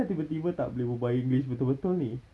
kau asal tiba-tiba tak boleh berbual english betul-betul ni